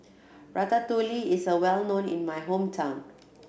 Ratatouille is a well known in my hometown